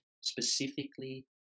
specifically